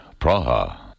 Praha